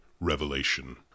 revelation